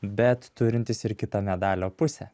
bet turintis ir kitą medalio pusę